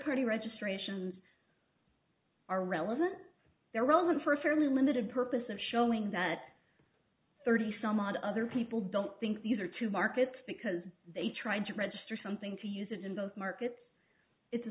pretty registrations are relevant they're only for a fairly limited purpose of showing that thirty some odd other people don't think these are two markets because they tried to register something to use it in those markets it's a